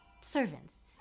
servants